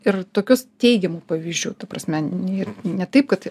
ir tokius teigiamų pavyzdžių ta prasme ir ne taip kad